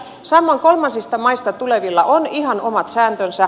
samoin kolmansista maista tulevilla on ihan omat sääntönsä